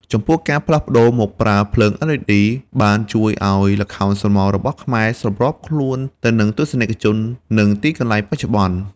ហើយមិនតែប៉ុណ្ណោះការធ្វើឱ្យប្រសើរឡើងនូវ LED បានជួយសម្រួលដល់ដំណើរទេសចរណ៍អន្តរជាតិនៃរោងមហោស្រពស្រមោលខ្មែរ ដោយបំពេញតាមស្តង់ដារសុវត្ថិភាព និងបច្ចេកទេសនៅបរទេស។